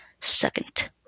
second